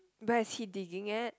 but is he digging it